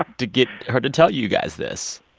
ah to get her to tell you guys this?